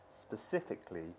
specifically